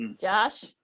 Josh